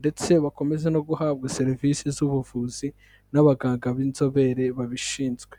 ndetse bakomeze no guhabwa serivisi z'ubuvuzi n'abaganga b'inzobere babishinzwe.